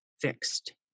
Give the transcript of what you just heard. fixed